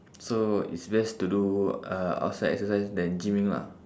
so it's best to do uh outside exercise than gymming lah